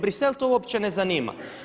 Bruxelles to uopće ne zanima.